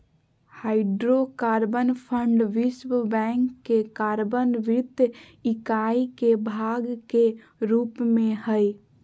hydrocarbon fund विश्व bank के carbon वित्त इकाई के भाग के रूप में हइ